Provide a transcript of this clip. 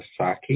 Osaki